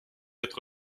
être